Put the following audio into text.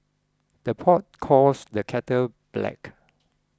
the pot calls the kettle black